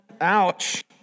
ouch